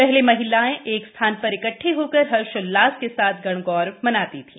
पहले महिलाएं एक स्थान पर इकटठे होकर हर्ष उल्लास के साथ गणगौर मनाती थी